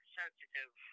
sensitive